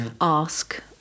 ask